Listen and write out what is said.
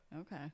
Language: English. Okay